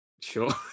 Sure